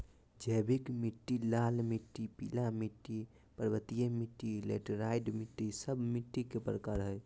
जैविक मिट्टी, लाल मिट्टी, पीला मिट्टी, पर्वतीय मिट्टी, लैटेराइट मिट्टी, सब मिट्टी के प्रकार हइ